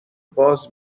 باز